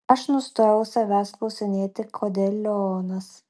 aš nustojau savęs klausinėti kodėl lionas